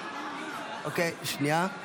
זכויותיהם וחובותיהם (תיקון,